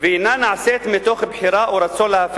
ואינה נעשית מתוך בחירה או רצון להפר